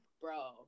bro